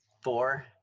four